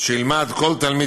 שילמד כל תלמיד,